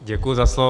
Děkuji za slovo.